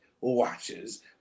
Watches